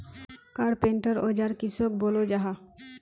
Carpenter औजार किसोक बोलो जाहा?